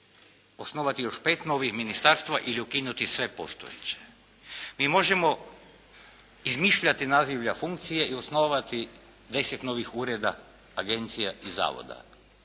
osnovati još 5 novih ministarstava ili ukinuti sve postojeće. Mi možemo izmišljati nazivlja funkcije i osnovati 10 novih ureda, agencija i zavoda.